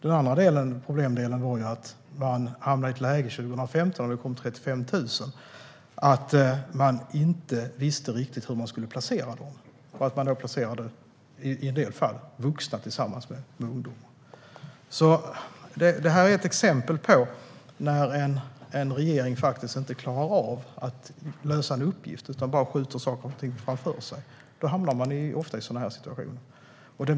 Den andra problemdelen var att när det 2015 kom 35 000 visste man inte hur man skulle placera dem. I en del fall placerades därför vuxna tillsammans med ungdomar. Detta är ett exempel på när en regering inte klarar av att lösa en uppgift utan skjuter saker och ting framför sig. Då hamnar man ofta i sådana här situationer.